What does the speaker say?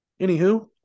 anywho